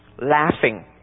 laughing